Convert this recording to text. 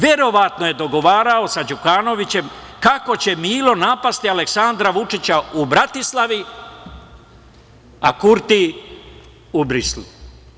Verovatno je dogovarao sa Đukanovićem kako će Milo napasti Aleksandra Vučića u Bratislavi a Kurti u Briselu.